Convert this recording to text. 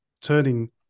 turning